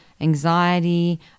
Anxiety